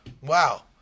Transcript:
Wow